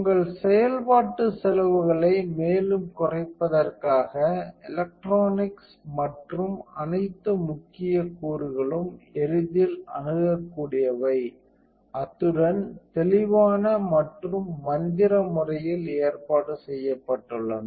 உங்கள் செயல்பாட்டு செலவுகளை மேலும் குறைப்பதற்காக எலக்ட்ரானிக்ஸ் மற்றும் அனைத்து முக்கிய கூறுகளும் எளிதில் அணுகக்கூடியவை அத்துடன் தெளிவான மற்றும் மந்திர முறையில் ஏற்பாடு செய்யப்பட்டுள்ளன